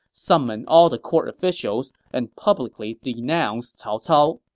summon all the court officials, and publicly denounce cao cao,